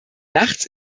nachts